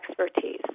expertise